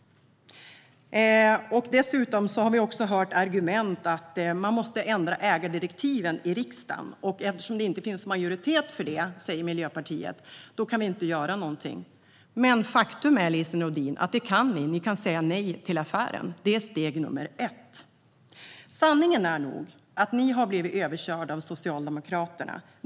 Vi har också hört argumentet: Man måste ändra ägardirektiven i riksdagen, och eftersom det inte finns majoritet för det, säger Miljöpartiet, kan man inte göra något. Men faktum är, Lise Nordin, att ni kan det. Ni kan säga nej till affären. Det är steg nummer ett. Sanningen är nog att ni har blivit överkörda av Socialdemokraterna.